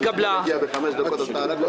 הצבעה בעד, נגד, רוב נמנעים,